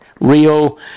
Rio